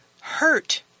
hurt